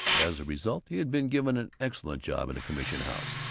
as a result he had been given an excellent job in a commission-house,